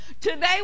today